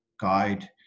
guide